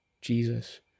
Jesus